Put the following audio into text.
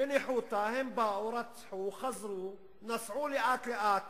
בניחותא הם באו, רצחו, חזרו, נסעו לאט-לאט